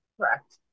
Correct